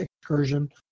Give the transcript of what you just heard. excursion